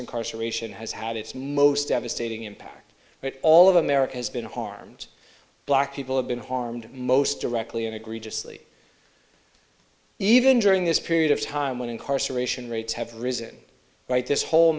incarceration has had its most devastating impact all of america has been harmed black people have been harmed most directly and egregiously even during this period of time when incarceration rates have risen right this whole